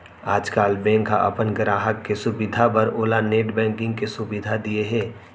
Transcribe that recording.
आजकाल बेंक ह अपन गराहक के सुभीता बर ओला नेट बेंकिंग के सुभीता दिये हे